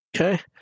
Okay